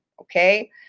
Okay